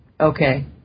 okay